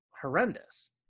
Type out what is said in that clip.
horrendous